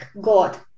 God